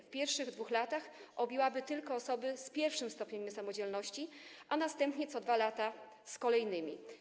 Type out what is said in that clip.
W pierwszych 2 latach objęłaby ona tylko osoby z pierwszym stopniem niesamodzielności, a następnie, co 2 lata, z kolejnymi.